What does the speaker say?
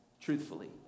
truthfully